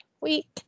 week